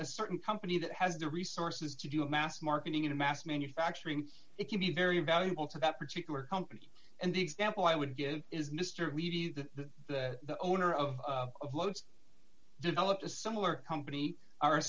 a certain company that has the resources to do a mass marketing of mass manufacturing it can be very valuable to that particular company and the example i would give is mr levy that the owner of loads developed a similar company are a